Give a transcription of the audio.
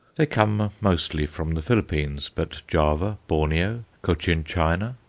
they come mostly from the philippines, but java, borneo, cochin china,